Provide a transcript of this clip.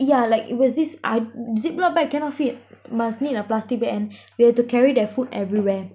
yeah like it was this I ziplock bag cannot fit must need a plastic bag and we have to carry that food everywhere